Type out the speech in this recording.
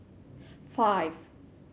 five